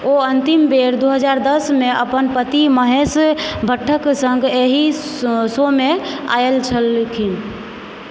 ओ अंतिम बेर दू हज़ार दस मे अपन पति महेश भट्टक सन्ग एहि शोमे आयल छलखिन